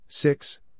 Six